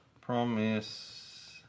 Promise